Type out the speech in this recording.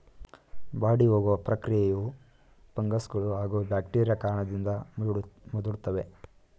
ಬಾಡಿಹೋಗೊ ಪ್ರಕ್ರಿಯೆಯು ಫಂಗಸ್ಗಳೂ ಹಾಗೂ ಬ್ಯಾಕ್ಟೀರಿಯಾ ಕಾರಣದಿಂದ ಮುದುಡ್ತವೆ